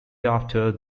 after